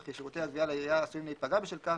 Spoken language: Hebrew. וכי שירותי הגבייה לעירייה עשויים להיפגע בשל כך,